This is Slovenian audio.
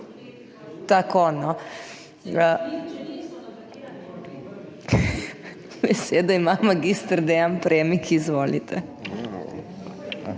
Tako, no, ja. Besedo ima magister Dean Premik, izvolite.